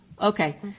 Okay